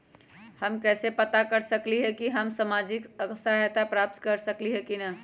हम कैसे पता कर सकली ह की हम सामाजिक सहायता प्राप्त कर सकली ह की न?